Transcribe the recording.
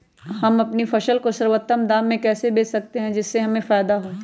हम अपनी फसल को सर्वोत्तम दाम में कैसे बेच सकते हैं जिससे हमें फायदा हो?